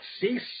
cease